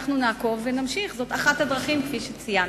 אנחנו נעקוב ונמשיך, זאת אחת הדרכים, כפי שציינתי.